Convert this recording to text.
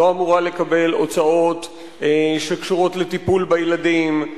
לא אמורה לקבל הוצאות שקשורות לטיפול בילדים,